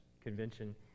Convention